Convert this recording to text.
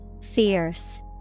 Fierce